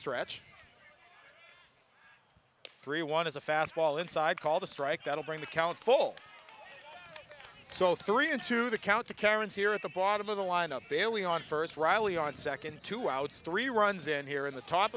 stretch three one is a fastball inside called a strike that'll bring the count full so three into the count the karens here at the bottom of the lineup bailey on first riley on second two outs three runs in here in the top